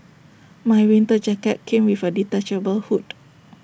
my winter jacket came with A detachable hood